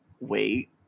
wait